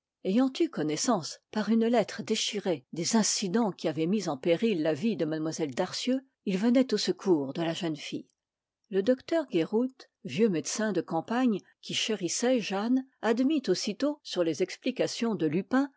ayant eu connaissance par une lettre déchirée des incidents qui avaient mis en péril la vie de mlle darcieux il venait au secours de la jeune fille le docteur guéroult vieux médecin de campagne qui chérissait jeanne admit aussitôt sur les explications de lupin